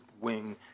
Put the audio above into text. wing